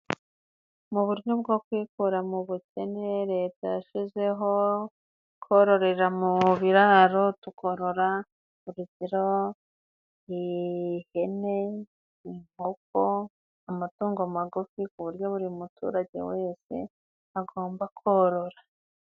Mu buryo bwo kwikura mu bukene, Leta yashyizeho kororera mu biraro, tukorora urugero: ihene, inkoko, amatungo magufi, ku buryo buri muturage wese agomba korora.